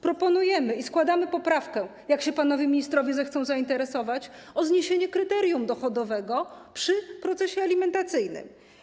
Proponujemy i składamy poprawkę, jak się panowie ministrowie zechcą zainteresować, o zniesienie kryterium dochodowego przy procesie alimentacyjnym.